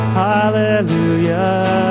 hallelujah